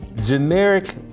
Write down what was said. generic